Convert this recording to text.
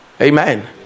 Amen